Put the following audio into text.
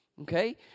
Okay